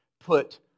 put